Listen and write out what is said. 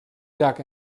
duck